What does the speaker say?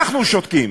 אנחנו שותקים.